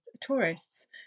tourists